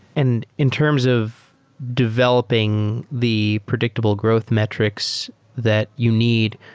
and in terms of developing the predictable growth metrics that you need,